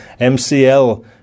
MCL